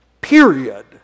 period